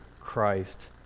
Christ